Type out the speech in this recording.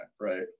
right